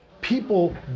people